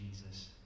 Jesus